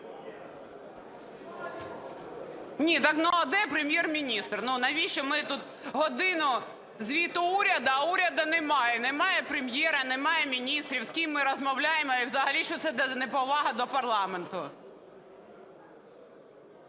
Ні, так, а де Прем'єр-міністр? Навіщо ми тут "годину звіту Уряду", а уряду немає. Немає Прем'єра, немає міністрів, з ким ми розмовляємо? І взагалі це неповага до парламенту.